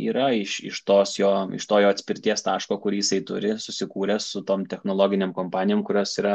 yra iš iš tos jo iš to jo atspirties taško kurį jisai turi susikūręs su tom technologinėm kompanijom kurios yra